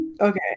okay